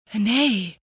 Nay